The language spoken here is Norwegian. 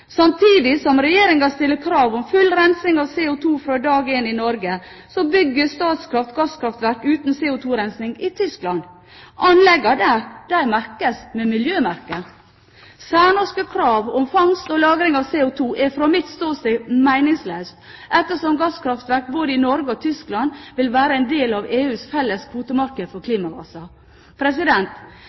Samtidig som Regjeringen stiller krav om full rensing av CO2 fra dag én i Norge, bygger Statkraft gasskraftverk uten CO2-rensing i Tyskland! Anleggene der merkes med miljømerke! Særnorske krav om fangst og lagring av CO2 er fra mitt ståsted meningsløst, ettersom gasskraftverk både i Norge og Tyskland vil være en del av EUs felles kvotemarked for klimagasser.